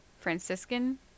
Franciscan